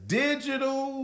digital